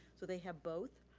so they have both.